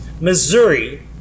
Missouri